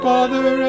Father